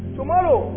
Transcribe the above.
Tomorrow